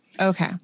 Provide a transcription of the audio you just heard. Okay